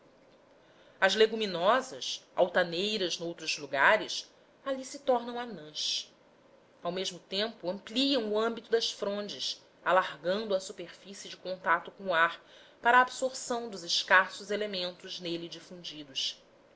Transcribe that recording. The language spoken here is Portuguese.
as leguminosas altaneiras noutros lugares ali se tornam anãs ao mesmo tempo ampliam o âmbito das frondes alargando a superfície de contacto com o ar para a absorção dos escassos elementos nele difundidos